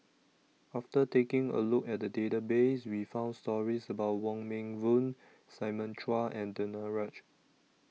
after taking A Look At The Database We found stories about Wong Meng Voon Simon Chua and Danaraj